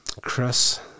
Chris